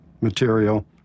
material